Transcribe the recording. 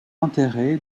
enterré